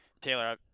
Taylor